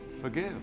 forgive